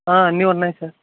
ఆ అన్నీ ఉన్నాయి సార్